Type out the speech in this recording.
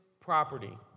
property